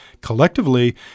Collectively